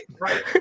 Right